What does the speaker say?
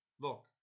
Look